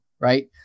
right